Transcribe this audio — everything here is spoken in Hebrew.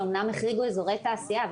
שאמנם החריגו אזורי תעשייה,